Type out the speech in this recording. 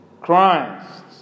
Christ